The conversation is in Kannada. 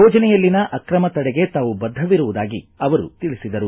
ಯೋಜನೆಯಲ್ಲಿನ ಅಕ್ರಮ ತಡೆಗೆ ತಾವು ಬದ್ಧವಿರುವುದಾಗಿ ತಿಳಿಸಿದರು